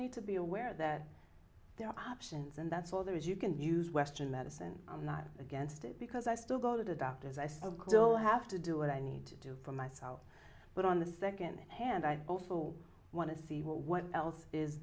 need to be aware that there are options and that's all there is you can use western medicine i'm not against it because i still go to the doctor as i see him kill have to do what i need to do for myself but on the second hand i awful want to see what else is